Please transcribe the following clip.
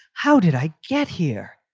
how did i get here?